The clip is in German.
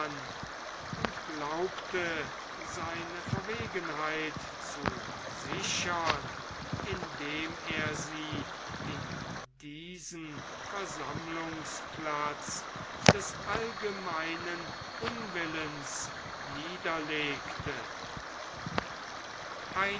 und glaubte seine verwegenheit zu sichern indem er sie in diesen versammlungsplatz des allgemeinen unwillens niederlegte